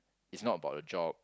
it's not about the job